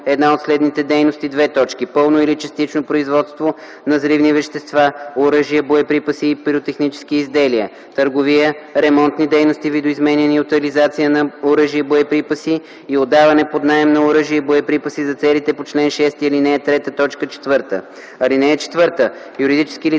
една от следните дейности: пълно или частично производство на взривни вещества, оръжия, боеприпаси и пиротехнически изделия, търговия, ремонтни дейности, видоизменяне и утилизация на оръжия и боеприпаси и отдаване под наем на оръжия и боеприпаси за целите по чл. 6, ал. 3, т. 4. (4) Юридически